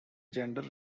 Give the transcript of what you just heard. gender